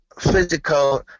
physical